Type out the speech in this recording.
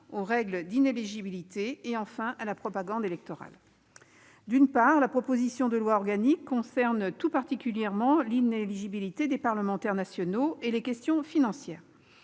règles d'inéligibilité et propagande électorale. D'une part, la proposition de loi organique concerne tout particulièrement l'inéligibilité des parlementaires nationaux et les questions financières.